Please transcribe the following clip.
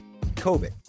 COVID